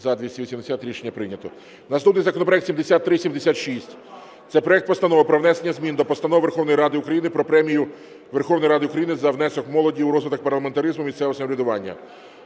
За-280 Рішення прийнято. Наступний законопроект 7376. Це проект Постанови про внесення змін до Постанови Верховної Ради України "Про Премію Верховної Ради України за внесок молоді у розвиток парламентаризму, місцевого самоврядування".